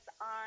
on